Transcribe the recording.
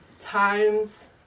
times